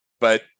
But-